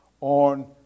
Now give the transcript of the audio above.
on